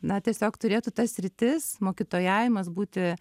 na tiesiog turėtų ta sritis mokytojavimas būti